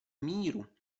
míru